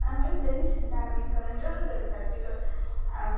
आमी तरी सुद्दां आमी कंट्रोल करता बिक